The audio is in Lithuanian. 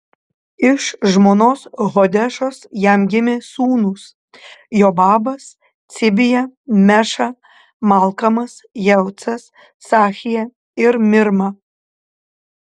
iš žmonos hodešos jam gimė sūnūs jobabas cibija meša malkamas jeucas sachija ir mirma